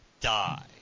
die